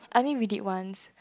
I think we did once